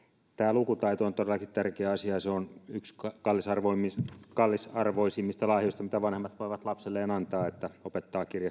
lukutaito on todellakin tärkeä asia ja se on yksi kallisarvoisimmista kallisarvoisimmista lahjoista mitä vanhemmat voivat lapselleen antaa että he opettavat